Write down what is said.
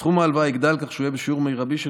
סכום ההלוואה יגדל כך שהוא יהיה בשיעור מרבי של